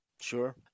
Sure